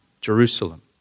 Jerusalem